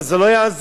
אבל זה לא יעזור.